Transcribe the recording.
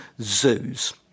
zoos